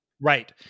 Right